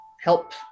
help